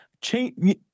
change